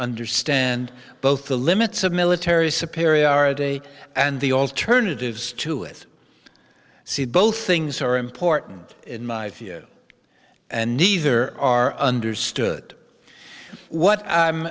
understand both the limits of military superiority and the alternatives to it see both things are important in my view and neither are understood what